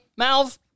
Malv